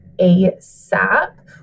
ASAP